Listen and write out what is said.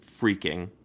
freaking